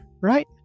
right